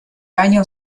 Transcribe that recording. año